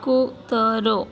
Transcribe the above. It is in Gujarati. કૂતરો